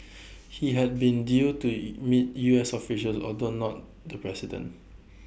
he had been due to meet U S officials although not the president